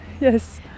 Yes